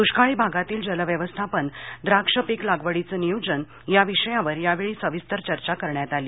दुष्काळी भागातील जल व्यवस्थापन द्राक्ष पीक लागवडीचं नियोजन या विषयावर यावेळी सविस्तर चर्चा करण्यात आली